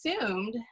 assumed